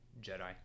Jedi